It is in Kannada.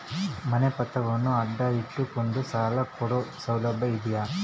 ಮನೆ ಪತ್ರಗಳನ್ನು ಅಡ ಇಟ್ಟು ಕೊಂಡು ಸಾಲ ಕೊಡೋ ಸೌಲಭ್ಯ ಇದಿಯಾ?